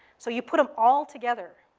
so you put em all together.